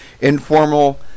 informal